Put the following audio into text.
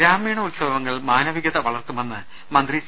ഗ്രാമീണ ഉത്സവങ്ങൾ മാനവികത വളർത്തുമെന്ന് മന്ത്രി സി